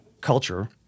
culture